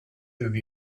through